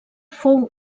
fou